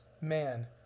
man